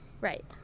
Right